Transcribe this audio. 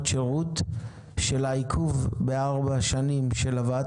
שירות של עיכוב בארבע שנים של הבאת